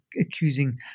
accusing